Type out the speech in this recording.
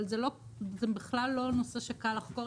אבל זה בכלל לא נושא שקל לחקור,